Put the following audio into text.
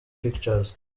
pictures